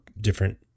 different